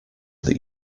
that